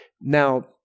Now